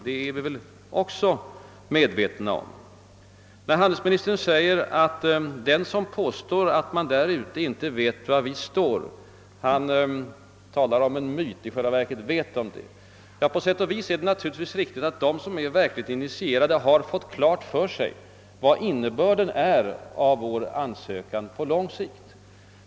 Det är vi väl också medvetna om. Handelsministern säger att den som påstår att man där ute inte vet var vi står, talar om en myt; i själva verket vet de det. Det är naturligtvis på sätt och vis riktigt, att de som är verkligt initierade har fått klart för sig innebörden på lång sikt av vår ansökan.